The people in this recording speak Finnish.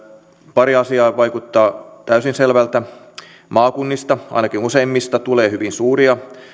pari asiaa vaikuttaa täysin selvältä maakunnista ainakin useimmista tulee hyvin suuria